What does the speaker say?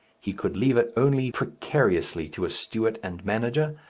he could leave it only precariously to a steward and manager,